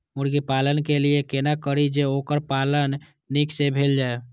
मुर्गी पालन के लिए केना करी जे वोकर पालन नीक से भेल जाय?